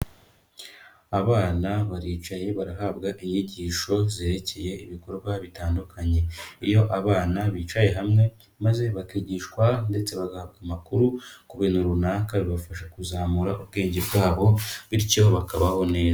Abana baricaye, barahabwa inyigisho zerekeye ibikorwa bitandukanye. Iyo abana bicaye hamwe maze bakigishwa ndetse bagahabwa amakuru ku bintu runaka, bibafasha kuzamura ubwenge bwabo bityo bakabaho neza.